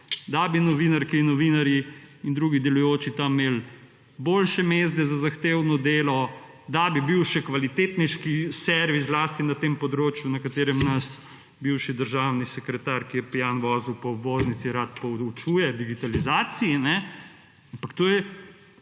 da bi novinarke in novinarji in drugi delujoči tam imeli boljše mezde za zahtevno delo, da bi bil še kvalitetnejši servis zlasti na tem področju, na katerem naš bivši državni sekretar, ki je pijan vozil po obveznici rad poučuje o digitalizaciji, ampak to je